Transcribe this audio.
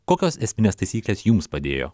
kokios esminės taisyklės jums padėjo